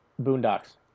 Boondocks